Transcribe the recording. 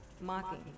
mocking